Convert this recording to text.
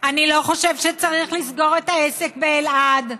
אני לא חושב שצריך לסגור את העסק באלעד.